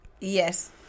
Yes